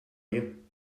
you